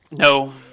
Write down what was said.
no